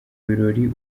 birori